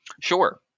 Sure